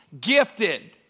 gifted